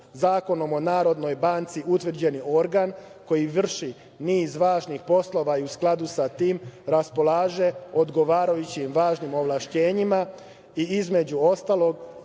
Zakonom o Narodnoj banci utvrđen organ koji vrši niz važnih poslova i u skladu sa tim raspolaže odgovarajućim važnim ovlašćenjima i, između ostalog,